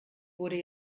wurde